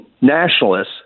nationalists